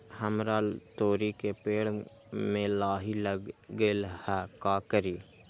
हमरा तोरी के पेड़ में लाही लग गेल है का करी?